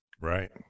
Right